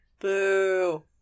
Boo